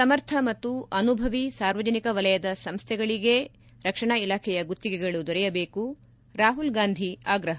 ಸಮರ್ಥ ಮತ್ತು ಅನುಭವೀ ಸಾರ್ವಜನಿಕ ವಲಯದ ಸಂಸ್ಥೆಗಳಿಗೇ ರಕ್ಷಣಾ ಇಲಾಖೆಯ ಗುತ್ತಿಗೆಗಳು ದೊರೆಯಬೇಕು ರಾಮಲ್ ಗಾಂಧಿ ಆಗ್ರಹ